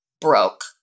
broke